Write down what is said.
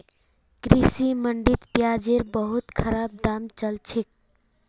कृषि मंडीत प्याजेर बहुत खराब दाम चल छेक